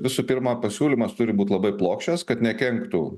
visų pirma pasiūlymas turi būt labai plokščias kad nekenktų